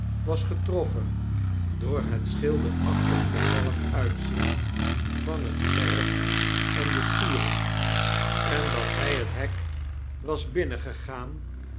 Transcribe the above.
was getroffen door het schilderachtig vervallen uitzicht van het erf en de schuren dickens juffrotiw lirriper enz te mopes de kluizbnaab en dat hfl het hek was binnengegaan